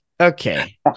Okay